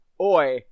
Oi